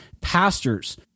pastors